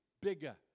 bigger